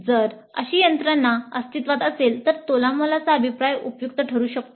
जर अशी यंत्रणा अस्तित्वात असेल तर तोलामोलाचा अभिप्राय उपयुक्त ठरू शकतो